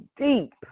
deep